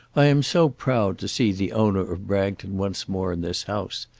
i am so proud to see the owner of bragton once more in this house.